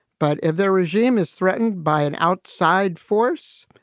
but if their regime is threatened by an outside force,